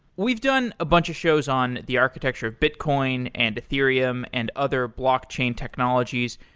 we've done a bunch of shows on the architecture of bitcoin, and ethereum, and other blockchain technologies.